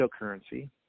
cryptocurrency